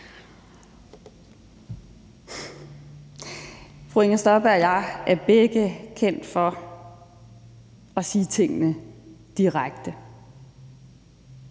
Fru Inger Støjberg og jeg er begge kendt for at sige tingene direkte.